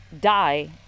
die